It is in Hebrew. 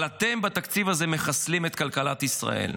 אבל אתם בתקציב הזה מחסלים את כלכלת ישראל.